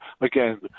again